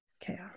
Chaos